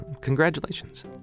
congratulations